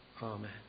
Amen